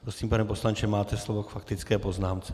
Prosím, pane poslanče, máte slovo k faktické poznámce.